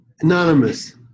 Anonymous